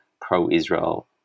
pro-Israel